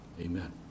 Amen